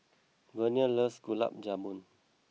Verna loves Gulab Jamun